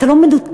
אתה לא מנותק,